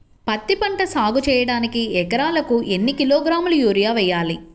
పత్తిపంట సాగు చేయడానికి ఎకరాలకు ఎన్ని కిలోగ్రాముల యూరియా వేయాలి?